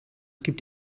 gibt